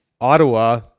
Ottawa